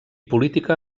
política